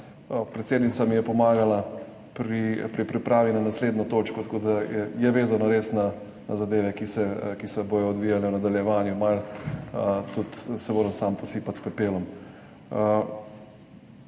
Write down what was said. predsednica mi je pomagala pri pripravi na naslednjo točko, tako da je res vezano na zadeve, ki se bodo odvijale v nadaljevanju, malo se moram tudi sam posipati s pepelom.